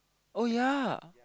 oh ya